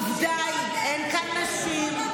העובדה היא שאין כאן נשים.